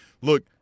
look